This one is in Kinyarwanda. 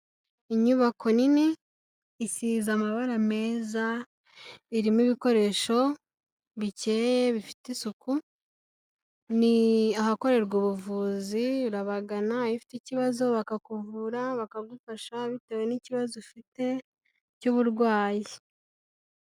Inyubako nini isize amabara meza, irimo ibikoresho bikeye bifite isuku, ni ahakorerwa ubuvuzi, urabagana iyo ufite ikibazo bakakuvura, bakagufasha bitewe n'ikibazo ufite cy'uburwayi.